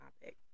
topic